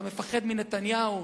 אתה מפחד מנתניהו?